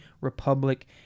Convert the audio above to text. Republic